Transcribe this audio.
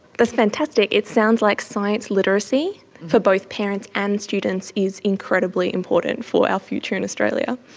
that's fantastic. it sounds like science literacy for both parents and students is incredibly important for our future in australia.